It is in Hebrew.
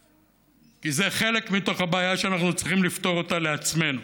כי זה חלק מתוך הבעיה שאנחנו צריכים לפתור אותה לעצמנו.